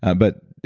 ah but,